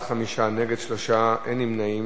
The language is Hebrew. בעד, 5, נגד 3, אין נמנעים.